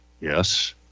yes